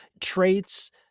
traits